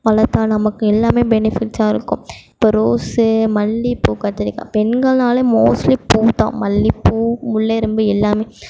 வளர்த்தா நமக்கு எல்லாம் பெனிஃபிட்ஸாக இருக்கும் இப்போ ரோஸ்ஸு மல்லிகைப்பூ கத்திரிக்காய் பெண்கள்னாலே மோஸ்ட்லி பூ தான் மல்லிகைப்பூ முல்லரும்பு எல்லாம்